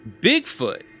Bigfoot